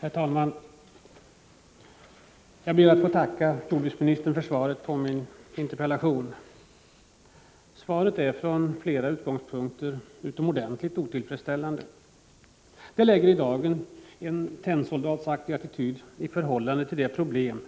Herr talman! Jag ber att få tacka jordbruksministern för svaret på min interpellation. Svaret är från flera utgångspunkter utomordentligt otillfredsställande. Det lägger i dagen en tennsoldatsaktig attityd i förhållande till det problem